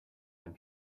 and